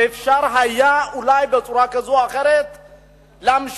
ואפשר היה אולי בצורה כזו או אחרת להמשיך.